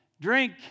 drink